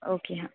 okay हा